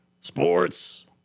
Sports